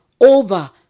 over